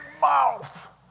mouth